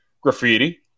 graffiti